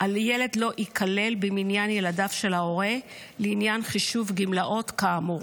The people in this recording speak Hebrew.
הילד לֹא ייכלל במניין ילדיו של ההורה לעניין חישוב גמלֹאוֹת כאמור